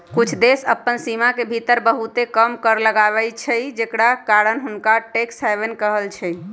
कुछ देश अप्पन सीमान के भीतर बहुते कम कर लगाबै छइ जेकरा कारण हुंनका टैक्स हैवन कहइ छै